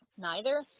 neither